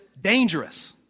dangerous